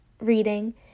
reading